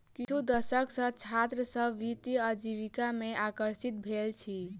किछु दशक सॅ छात्र सभ वित्तीय आजीविका में आकर्षित भेल अछि